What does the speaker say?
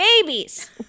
babies